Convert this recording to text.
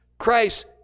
Christ